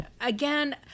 again